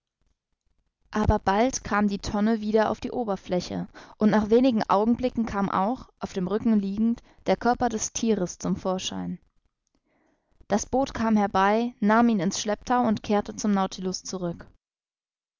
aber bald kam die tonne wieder auf die oberfläche und nach wenigen augenblicken kam auch auf dem rücken liegend der körper des thieres zum vorschein das boot kam herbei nahm ihn in's schlepptau und kehrte zum nautilus zurück